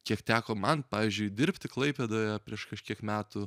kiek teko man pavyzdžiui dirbti klaipėdoje prieš kažkiek metų